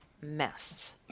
mess